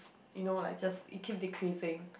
you know like just it keep decreasing